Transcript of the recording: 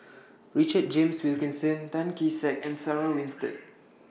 Richard James Wilkinson Tan Kee Sek and Sarah Winstedt